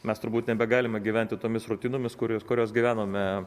mes turbūt nebegalime gyventi tomis rutinomis kurios kurios gyvenome